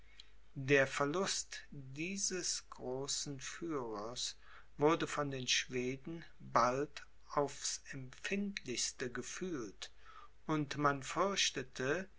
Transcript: der verlust dieses großen führers wurde von den schweden bald aufs empfindlichste gefühlt und man fürchtete